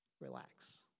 Relax